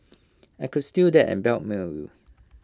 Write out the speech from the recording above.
I could steal that and blackmail you